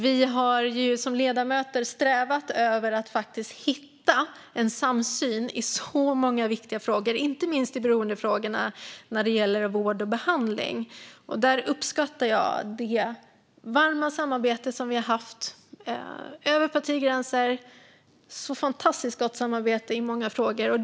Vi har som ledamöter strävat efter att hitta en samsyn i väldigt många viktiga frågor, inte minst i beroendefrågorna när det gäller vård och behandling. Där uppskattar jag det varma samarbete som vi har haft över partigränserna - ett fantastiskt gott samarbete i många frågor.